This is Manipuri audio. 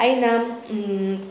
ꯑꯩꯅ